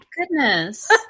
goodness